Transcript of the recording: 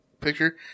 picture